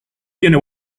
tiene